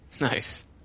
Nice